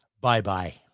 Bye-bye